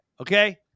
okay